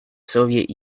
soviet